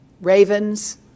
ravens